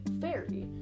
fairy